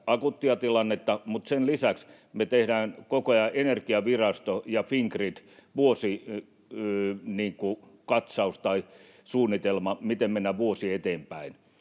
akuuttia tilannetta, mutta sen lisäksi me tehdään koko ajan, Energiavirasto ja Fingrid, vuosikatsausta tai -suunnitelmaa, miten mennään vuosi eteenpäin.